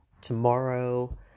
tomorrow